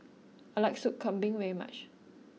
I like Sop Kambing very much